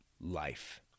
life